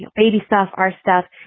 and baby stuff, our stuff,